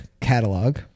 catalog